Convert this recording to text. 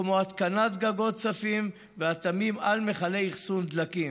כמו התקנת גגות צפים ואטמים על מכלי אחסון דלקים.